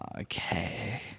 okay